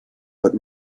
but